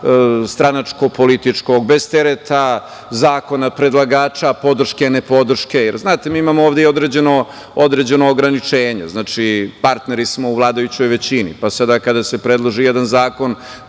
stranačko-političkog, bez tereta zakona, predlagača, podrške, nepodrške, jer mi imamo ovde i određena ograničenja. Znači, partneri smo u vladajućoj većini, pa sada kada se predloži jedan zakon,